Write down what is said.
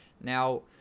Now